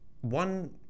one